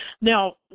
Now